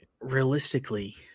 realistically